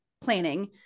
planning